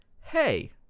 hey